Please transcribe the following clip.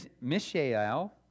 Mishael